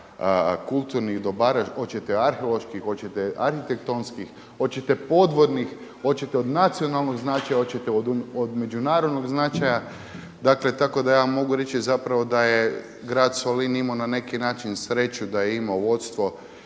kulturnih dobara hoćete arheoloških, hoćete arhitektonskih, hoćete podvodnih, hoćete od nacionalnog značaja, hoćete od međunarodnog značaja. Tako da ja mogu reći zapravo da je grad Solin imao na neki način sreću da je imao vodstvo,